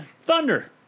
Thunder